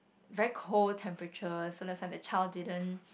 very cold temperature so that's why the child didn't